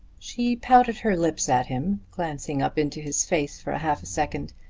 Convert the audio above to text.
she pouted her lips at him, glancing up into his face for half a second,